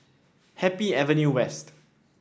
Happy Avenue West